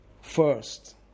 first